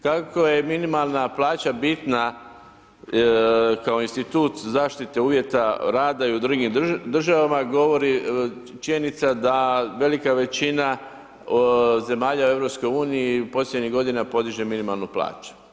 Kako je minimalna plaća bitna kao institut zaštite uvjeta rad i u drugim državama govori činjenica da velika većina zemalja u EU posljednjih godina podiže minimalnu plaću.